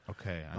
Okay